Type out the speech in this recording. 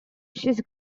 she’s